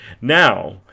now